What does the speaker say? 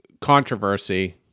controversy